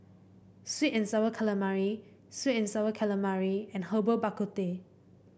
sweet and sour calamari sweet and sour calamari and Herbal Bak Ku Teh